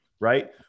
right